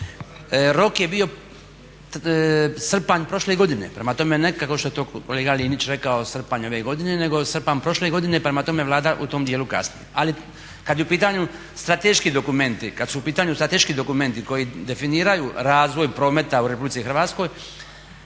rok je bio srpanj prošle godine. prema tome, ne kao što je kolega Linić rekao srpanj ove godine nego srpanj prošle godine, prema tome Vlada u tom dijelu kasni. Ali kada su u pitanju strateški dokumenti koji definiraju razvoj prometa u RH, vi jako